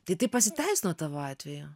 tai tai pasiteisino tavo atveju